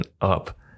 up